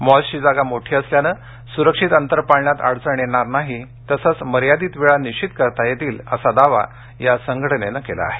मॉल्सची जागा मोठी असल्यानं सुरक्षित अंतर पाळण्यात अडचण येणार नाही तसंच मर्यादित वेळा निश्चित करता येतील असा दावा या संघटनेनं केला आहे